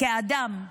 בעיקר כאדם,